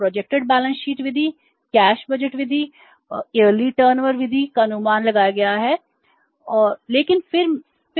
project balance sheet के लिए किया जाता है